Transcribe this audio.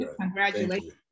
congratulations